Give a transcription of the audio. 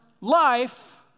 life